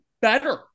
better